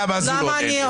גם אז הוא לא עונה לי.